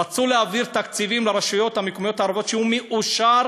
רצו להעביר תקציבים לרשויות המקומיות הערביות שהם מאושרים